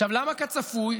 למה כצפוי?